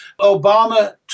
Obama